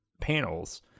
panels